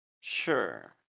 sure